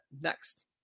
next